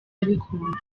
abikunda